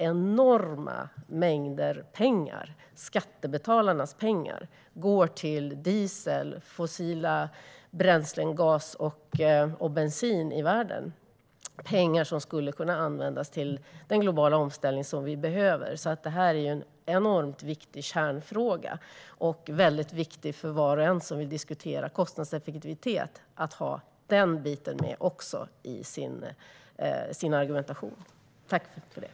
Enorma mängder av skattebetalarnas pengar går till diesel, fossila bränslen, gas och bensin i världen. Det är pengar som skulle kunna användas till den globala omställning vi behöver. Det är en enormt viktig kärnfråga, och det är viktigt att ha den biten med i argumentationen för var och en som vill diskutera kostnadseffektivitet.